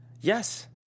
Yes